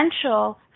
essential